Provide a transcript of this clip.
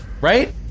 Right